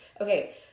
Okay